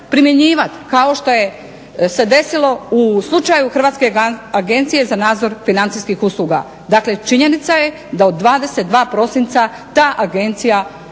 primjenjivati kao što je se desilo u slučaju Hrvatske agencije za nadzor financijskih usluga. Dakle, činjenica je da od 22. prosinca ta agencija